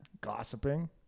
Gossiping